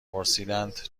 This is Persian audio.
پرسیدند